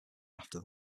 after